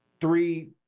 three